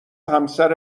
همسر